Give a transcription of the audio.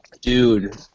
Dude